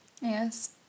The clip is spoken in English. Yes